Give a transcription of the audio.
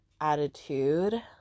attitude